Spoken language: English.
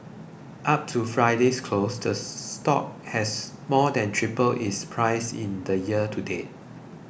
up to Friday's close the stock has more than tripled its price in the year to date